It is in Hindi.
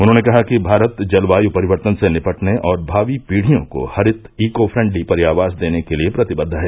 उन्होंने कहा कि भारत जलवायु परिवर्तन ने निपटने और भावी पीढ़ियों को हरित इको फेन्डली पर्योवास देने के लिए प्रतिबंद है